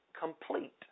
complete